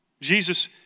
Jesus